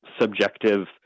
subjective